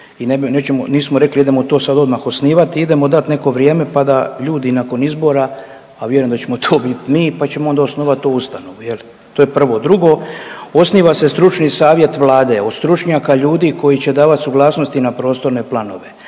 nismo rekli idemo sad to odmah osnivat, idemo dat neko vrijeme pa da ljudi nakon izbora, a vjerujem da ćemo to bit mi, pa ćemo onda osnovat tu ustanovu je li, to je prvo. Drugo, osniva se stručni savjet Vlade od stručnjaka ljudi koji će davat suglasnosti na prostorne planove.